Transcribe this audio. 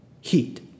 heat